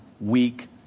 weak